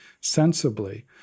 sensibly